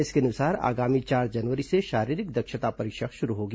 इसके अनुसार आगामी चार जनवरी से शारीरिक दक्षता परीक्षा शुरू होगी